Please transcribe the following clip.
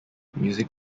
music